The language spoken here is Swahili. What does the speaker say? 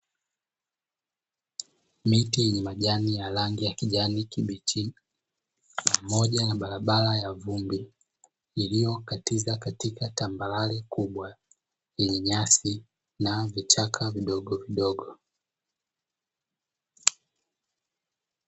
Miti yenye majani ya rangi ya kijani kibichi, pamoja na barabara ya vumbi Iliyokatiza katika tambarare kubwa, yenye nyasi na vichaka vidogovidogo.